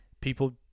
people